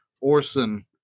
Orson